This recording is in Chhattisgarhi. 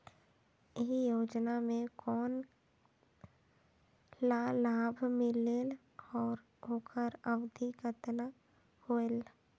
ये योजना मे कोन ला लाभ मिलेल और ओकर अवधी कतना होएल